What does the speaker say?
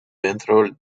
dentro